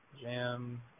Jam